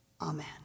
Amen